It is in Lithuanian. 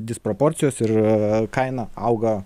disproporcijos ir kaina auga